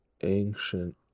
ancient